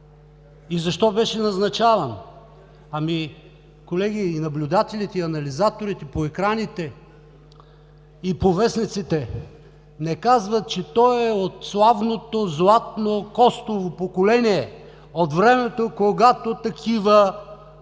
и защо беше назначавана. Колеги, и наблюдателите, и анализаторите по екраните и по вестниците не казват, че този е от славното златно Костово поколение, от времето, когато такива,